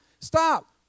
stop